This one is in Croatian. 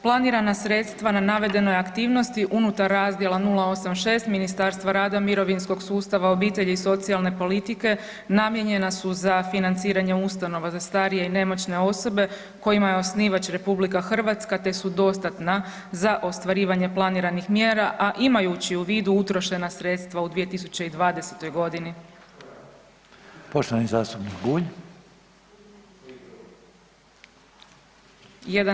Planirana sredstva na navedenoj aktivnosti unutar razdjela 086 Ministarstva rada, mirovinskog sustava, obitelji i socijalne politike namijenjena su za financiranje ustanova za starije i nemoćne osobe kojima je osnivač RH te su dostatna za ostvarivanje planiranih mjera, a imajući u vidu utrošena sredstva u 2020. godini.